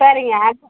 சரிங்க அட்ர